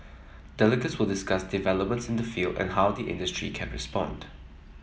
delegates will discuss developments in the field and how the industry can respond